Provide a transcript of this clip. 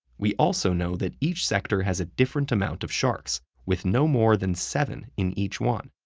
we also know that each sector has a different amount of sharks with no more than seven in each one.